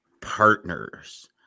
partners